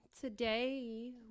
Today